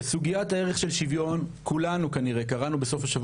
בסוגיית הערך של שוויון כולנו כנראה קראנו בסוף השבוע